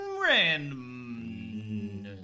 Random